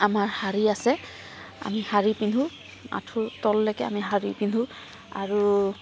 আমাৰ শাড়ী আছে আমি শাড়ী পিন্ধো আঁঠুৰ তললৈকে আমি শাড়ী পিন্ধো আৰু